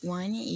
one